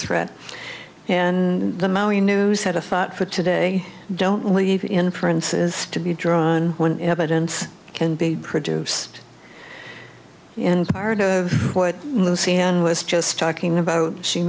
threat and the maui news had a thought for today don't leave inference is to be drawn when evidence can be produced and part of what lucianne was just talking about she